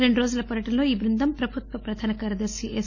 రెండు రోజుల పర్యటనలో ఈ బృందం ప్రభుత్వ ప్రధాన కార్యదర్శి ఎస్